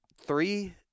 three